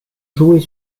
jouer